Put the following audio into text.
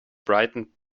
brightened